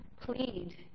plead